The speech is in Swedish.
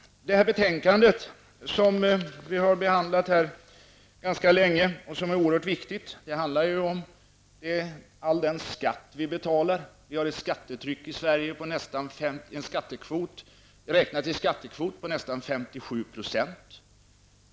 Detta betänkande som vi har behandlat här ganska länge och som är oerhört viktigt handlar om all den skatt vi betalar. Vi har ett skattetryck i Sverige, räknat i skattekvot på nästan 57 %.